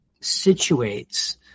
situates